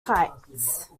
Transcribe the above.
kites